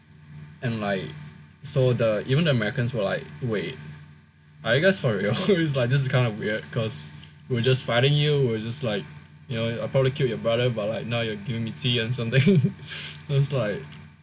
and like so the even the Americans were like wait are you guys for real this is kind of weird cause we were just fighting you we were just you know like I probably killed your brother but like now you are giving me tea and something so it's like